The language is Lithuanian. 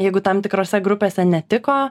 jeigu tam tikrose grupėse netiko